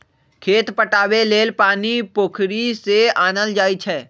खेत पटाबे लेल पानी पोखरि से आनल जाई छै